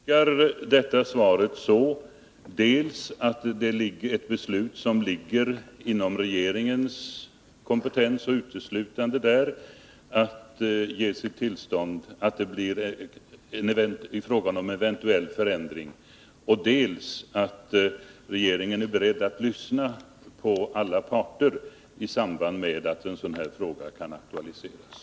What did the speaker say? Herr talman! Jag tolkar detta svar på följande sätt: dels att ett beslut om tillstånd ligger inom regeringens kompetens, och uteslutande där, om det blir fråga om en förändring, dels att regeringen är beredd att lyssna på alla parter i samband med att en sådan här fråga kan aktualiseras.